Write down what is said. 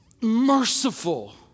merciful